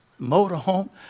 motorhome